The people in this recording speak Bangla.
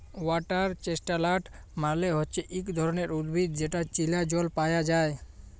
ওয়াটার চেস্টলাট মালে হচ্যে ইক ধরণের উদ্ভিদ যেটা চীলা জল পায়া যায়